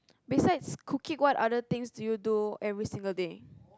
besides cooking what other things do you do every single day